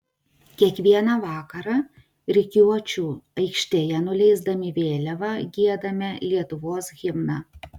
kiekvieną vakarą rikiuočių aikštėje nuleisdami vėliavą giedame lietuvos himną